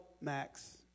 Max